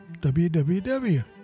WWW